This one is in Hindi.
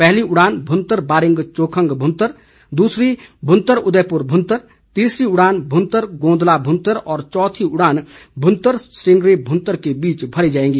पहली उड़ान भुंतर बारिंग चोखंग भुंतर दूसरी भुंतर उदयपुर भुंतर तीसरी उड़ान भुंतर गोंदला भुंतर और चौथी उड़ान भुंतर स्टिंगरी भुंतर के बीच भरी जाएगी